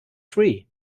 free